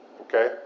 okay